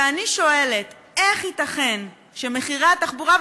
ואני שואלת: איך ייתכן שמחירי התחבורה,